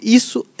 isso